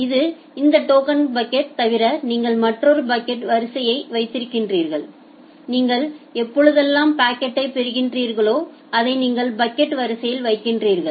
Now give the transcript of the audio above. இப்போது இந்த token bucket தவிர நீங்கள் மற்றொரு பாக்கெட் வரிசையையை வைத்திருக்கிறீர்கள் நீங்கள் எப்பொழுதெல்லாம் பாக்கெட்யை பெறுகிறார்களோ அதை நீங்கள் பாக்கெட் வரிசையில் வைக்கிறீர்கள்